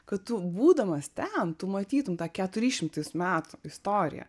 kad tu būdamas ten tu matytum tą keturi šimtus metų istoriją